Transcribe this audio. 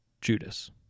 Judas